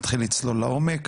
נתחיל לצלול לעומק,